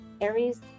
Aries